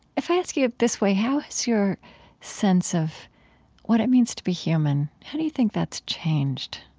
if i ask you this way, how has your sense of what it means to be human how do you think that's changed?